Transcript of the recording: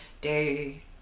day